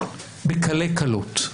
בקלי קלות,